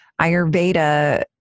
Ayurveda